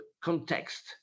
context